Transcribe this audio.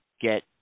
get